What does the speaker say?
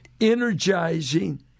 energizing